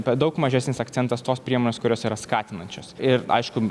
bet daug mažesnis akcentas tos priemonės kurios yra skatinančios ir aišku